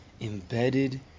embedded